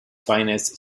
finest